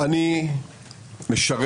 אני פותח